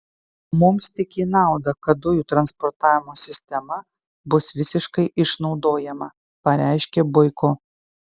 mums tik į naudą kad dujų transportavimo sistema bus visiškai išnaudojama pareiškė boiko